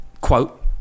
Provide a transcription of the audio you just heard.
quote